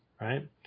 Right